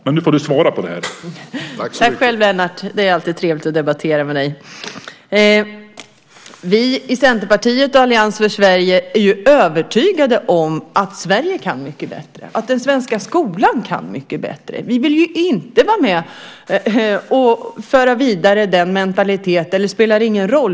Men nu får du svara på dessa frågor.